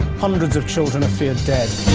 hundreds of children are feared dead